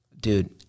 dude